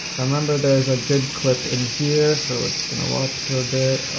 i remember there's a good clip in here, so just gonna watch for a bit.